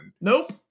Nope